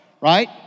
right